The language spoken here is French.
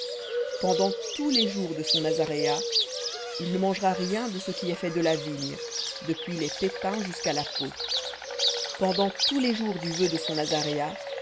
pendant tous les jours de son nazaréat il ne mangera rien de ce qui est fait de la vigne depuis les pépins jusqu'à la peau pendant tous les jours du vœu de son nazaréat